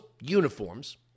uniforms